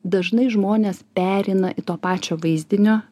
dažnai žmonės pereina į to pačio vaizdinio